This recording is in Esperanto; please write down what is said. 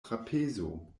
trapezo